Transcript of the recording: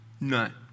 None